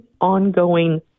ongoing